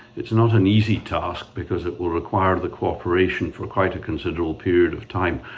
it's not an easy task because it will require the cooperation, for quite a considerable period of time,